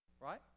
Right